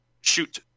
shoot